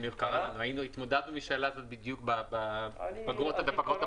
התמודדנו בשאלה הזאת בדיוק בפגרות הבחירות